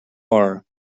are